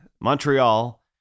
Montreal